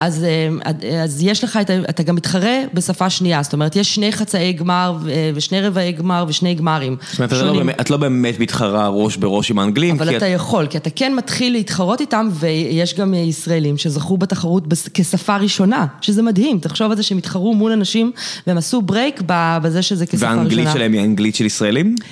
אז אה... אז יש לך את ה... אתה גם מתחרה בשפה שנייה, זאת אומרת, יש שני חצאי גמר ושני רבעי גמר ושני גמרים. שונים. זאת אומרת, אתה לא באמת מתחרה ראש בראש עם האנגלים, כי... אבל אתה יכול, כי אתה כן מתחיל להתחרות איתם, ויש גם ישראלים שזכו בתחרות כשפה ראשונה, שזה מדהים. תחשוב על זה שהם התחרו מול אנשים, והם עשו ברייק ב... בזה שזה כשפה ראשונה. והאנגלית שלהם היא אנגלית של ישראלים?